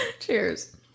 Cheers